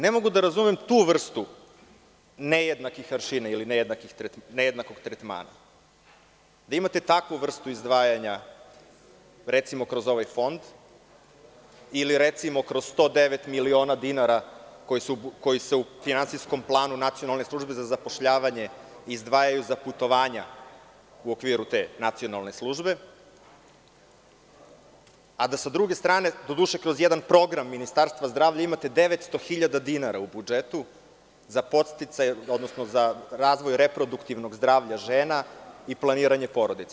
Ne mogu da razumem tu vrstu nejednakih aršina ili nejednakog tretmana, da imate takvu vrstu izdvajanja, recimo, kroz ovaj fond ili, recimo, kroz 109 miliona dinara koji se u finansijskom planu Nacionalne službe za zapošljavanje izdvajaju za putovanja u okviru te Nacionalne službe, a da sa druge strane, doduše kroz jedan program Ministarstva zdravlja, imate 900.000 dinara u budžetu za podsticaj, odnosno za razvoj reproduktivnog zdravlja žena i planiranje porodice.